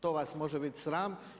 To vas može bit sram.